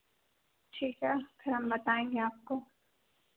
ठीक है फिर हम बताएंगे आपको